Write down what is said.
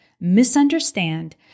misunderstand